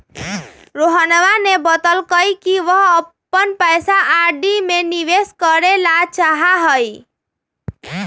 रोहनवा ने बतल कई कि वह अपन पैसा आर.डी में निवेश करे ला चाहाह हई